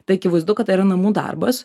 tai akivaizdu kad tai yra namų darbas